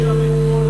היינו שם אתמול,